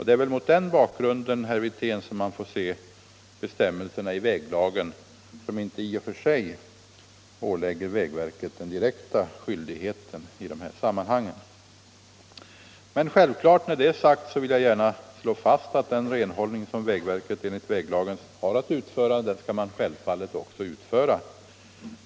Det är mot den bakgrunden, herr Wirtén, man får se bestämmelserna i väglagen, som inte i och för sig ålägger vägverket den direkta skyldigheten i de här sammanhangen. När det är sagt vill jag självklart slå fast att den renhållning som vägverket enligt väglagen har att utföra skall man självfallet också utföra.